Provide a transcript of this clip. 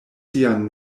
sian